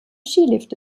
skilift